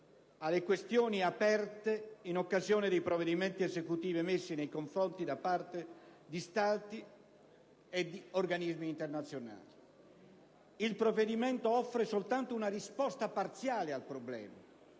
alle questioni aperte in occasione di provvedimenti esecutivi emessi nei confronti di Stati e di organismi internazionali. Il provvedimento offre soltanto una risposta parziale al problema,